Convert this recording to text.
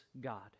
god